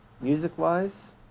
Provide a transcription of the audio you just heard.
Music-wise